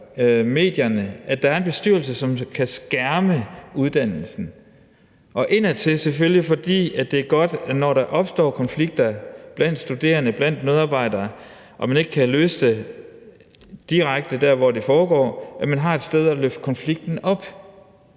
medierne, altså at der er en bestyrelse, som kan skærme uddannelsen. Indadtil er det selvfølgelig, fordi det er godt, at man, når der opstår konflikter blandt studerende, blandt medarbejdere og det ikke kan løses direkte der, hvor det foregår, har et sted at løfte konflikten op.